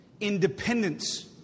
independence